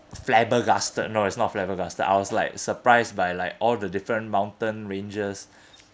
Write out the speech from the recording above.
flabbergasted no is not flabbergasted I was like surprised by like all the different mountain ranges